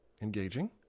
engaging